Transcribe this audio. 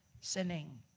sinning